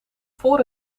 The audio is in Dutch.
voor